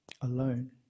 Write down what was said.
alone